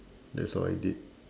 that's all I did